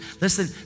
Listen